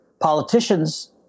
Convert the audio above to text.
politicians